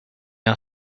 are